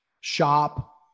shop